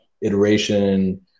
iteration